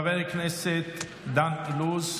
חבר הכנסת דן אילוז,